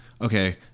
okay